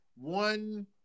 one